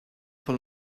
for